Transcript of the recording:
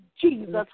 Jesus